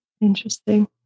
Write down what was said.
Interesting